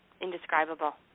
indescribable